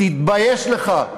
תתבייש לך.